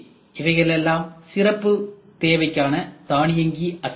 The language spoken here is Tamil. இவைகளெல்லாம் சிறப்பு தேவைக்கான தானியங்கி அசம்பிளி